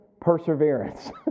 perseverance